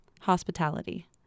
hospitality